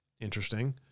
Interesting